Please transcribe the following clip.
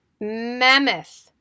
mammoth